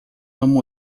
amo